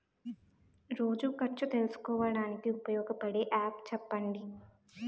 రోజు ఖర్చు తెలుసుకోవడానికి ఉపయోగపడే యాప్ చెప్పండీ?